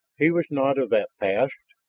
he was not of that past.